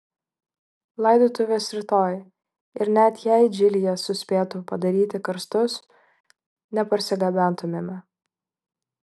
laidotuvės rytoj ir net jei džilyje suspėtų padaryti karstus neparsigabentumėme